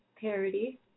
parody